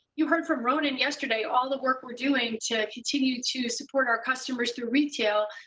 you heard from ronan yesterday, all the work we're doing to continue to support our customers through retail.